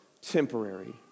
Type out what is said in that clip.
temporary